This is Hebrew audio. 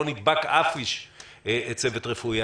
לא נדבק אף איש מהצוות הרפואי.